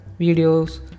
videos